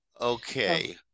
Okay